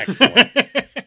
excellent